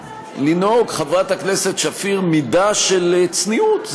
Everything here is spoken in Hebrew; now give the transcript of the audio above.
חברת הכנסת שפיר, מידה של צניעות.